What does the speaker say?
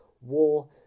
war